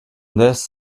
this